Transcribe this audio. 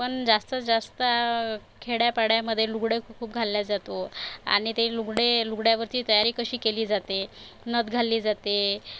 पण जास्तीत जास्त खेड्यापाड्यामध्ये लुगडे खु खूप घातला जातो आणि ते लुगडे लुगड्यावरची तयारी कशी केली जाते नथ घातली जाते